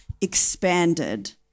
expanded